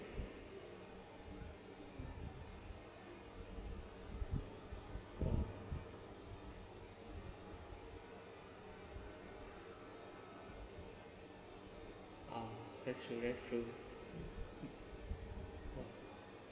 uh that's true that's true